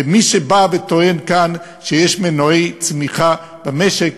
ומי שבא וטוען כאן שיש מנועי צמיחה במשק,